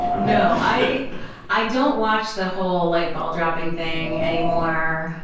no. i i don't watch the whole like ball-dropping thing anymore.